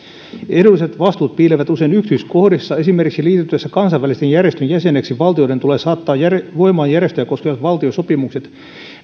ehdolliset vastuut piilevät usein yksityiskohdissa esimerkiksi liittyessään kansainvälisen järjestön jäseneksi valtioiden tulee saattaa voimaan järjestöä koskevat valtiosopimukset